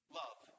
love